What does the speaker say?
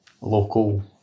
local